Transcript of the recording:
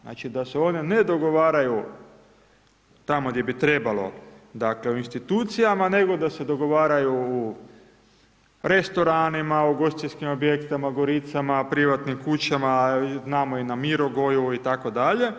Znači da se one ne dogovaraju tamo gdje bi trebalo dakle u institucijama nego da se dogovaraju u restoranima, ugostiteljskim objektima, goricama, privatnim kućama, znamo i na Mirogoju itd.